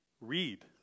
read